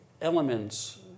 elements